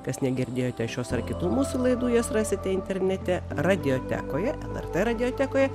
kas negirdėjote šios ar kitų mūsų laidų jas rasite internete radiotekoje lrt radiotekoje